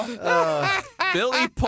Billy